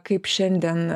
kaip šiandien